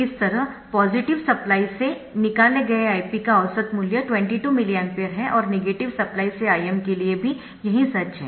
इस तरह positive supply से निकाले गए Ip का औसत मूल्य 22 मिली एम्पीयर है और नेगेटिव सप्लाई से Im के लिए भी यही सच है